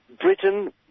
Britain